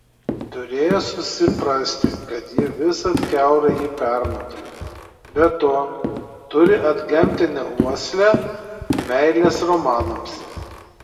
turėjo susiprasti kad ji visad kiaurai jį permato be to turi antgamtinę uoslę meilės romanams